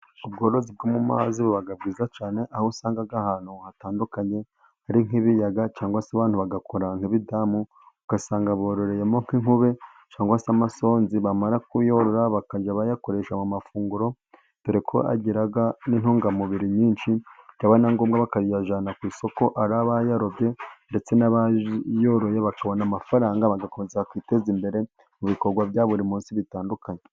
Ubworozi bwo mu mazi buba bwiza cyane, aho usanga ahantu hatandukanye hari nk'ibiyaga cyangwa se abantu bagakora nk'ibidamu, ugasanga bororeyemo nk'inkube cyangwa se amasonzi. Bamara kuyorora bakajya bayakoresha mu mafunguro, dore ko agira n'intungamubiri nyinshi, byaba na ngombwa bakayajyana ku isoko. Ari abayarobye ndetse n'abayoroye bakabona amafaranga, bagakomeza kwiteza imbere mu bikorwa bya buri munsi bitandukanye.